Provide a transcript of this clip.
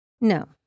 no